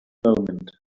moment